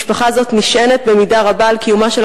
משפחה זו נשענת במידה רבה על קיומה של